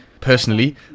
Personally